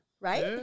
right